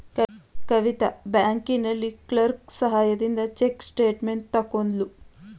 ಕವಿತಾ ಬ್ಯಾಂಕಿನಲ್ಲಿ ಕ್ಲರ್ಕ್ ಸಹಾಯದಿಂದ check statement ತಕ್ಕೊದ್ಳು